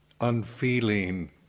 unfeeling